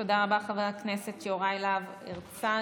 תודה רבה, חבר הכנסת יוראי להב הרצנו.